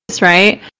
Right